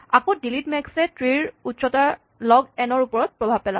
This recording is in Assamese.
আকৌ ডিলিট মেক্স এ ট্ৰী ৰ উচ্চতা লগ এন ৰ ওপৰত প্ৰভাৱ পেলাব